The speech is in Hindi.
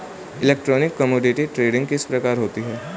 इलेक्ट्रॉनिक कोमोडिटी ट्रेडिंग किस प्रकार होती है?